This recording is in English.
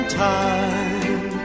time